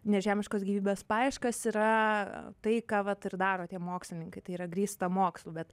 nežemiškos gyvybės paieškas yra tai ką vat ir daro tie mokslininkai tai yra grįsta mokslu bet